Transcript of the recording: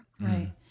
right